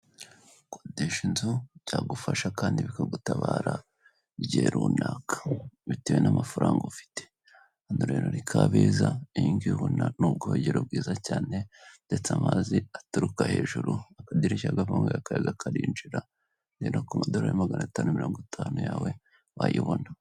Gukodesha inzu byagufasha kandi bikagutabara mu guhe runaka bitewe n'amafaranga ufite hano rero ni Kabeza, iyi ngiyi ubona ni ubwogero bwiza cyane ndetse amazi aturuka hejuru, akadirishya gafunguye akayaga karinjira, guhera ku madorari maganatanu mirongo itanu yawe wayibona.